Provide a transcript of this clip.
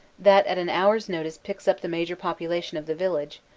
that at an' hour's notice picks up the major population of the village,